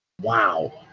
Wow